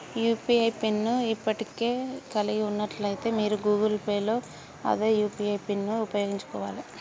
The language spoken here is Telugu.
యూ.పీ.ఐ పిన్ ను ఇప్పటికే కలిగి ఉన్నట్లయితే మీరు గూగుల్ పే లో అదే యూ.పీ.ఐ పిన్ను ఉపయోగించుకోవాలే